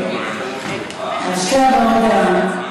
שתי הבעות דעה.